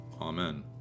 Amen